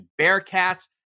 Bearcats